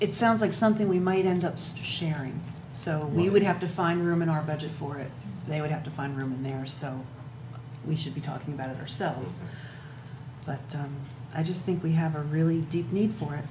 it sounds like something we might end up just sharing so we would have to find room in our budget for it they would have to find room there so we should be talking about ourselves but i just think we have a really deep need for